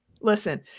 listen